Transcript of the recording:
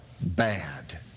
bad